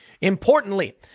Importantly